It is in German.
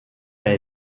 der